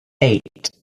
eight